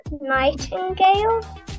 Nightingale